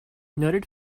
noted